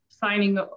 signing